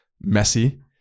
messy